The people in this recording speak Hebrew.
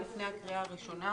לפני הקריאה השנייה